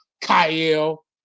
Kyle